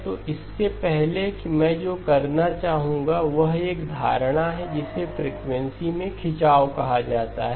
तो इससे पहले कि मैं जो करना चाहूंगा वह एक धारणा है जिसे फ्रीक्वेंसी में खिंचाव कहा जाता है